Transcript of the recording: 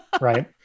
Right